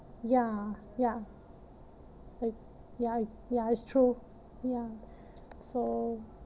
ya ya eh ya it ya it's true ya so